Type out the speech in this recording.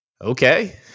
okay